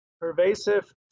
pervasive